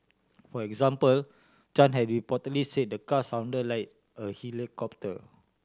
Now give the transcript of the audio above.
for example Chan had reportedly said the car sound like a helicopter